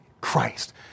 Christ